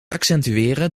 accentueren